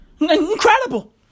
Incredible